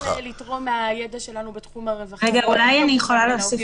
אנחנו נשמח לתרום מהידע שלנו בתחום הרווחה והעובדים הסוציאליים.